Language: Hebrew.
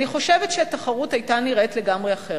אני חושבת שהתחרות היתה נראית לגמרי אחרת.